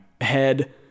head